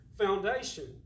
foundation